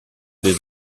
des